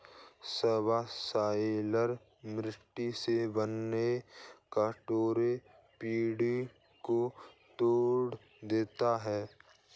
subsoiler मिट्टी से बने कठोर पिंडो को तोड़ देता है